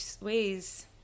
ways